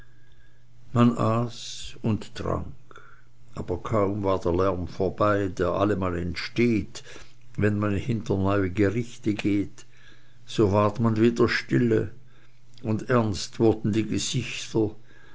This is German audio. man aß und trank aber kaum war der lärm vorbei der allemal entsteht wenn man hinter neue gerichte geht so ward man wieder stille und ernst wurden die gesichter